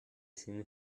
seen